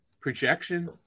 projection